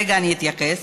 רגע, אני אתייחס.